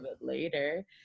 later